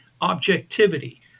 objectivity